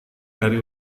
dari